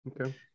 Okay